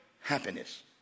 happiness